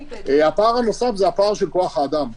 הפער הנוסף זה הפער של כוח האדם.